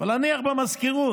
אבל להניח במזכירות,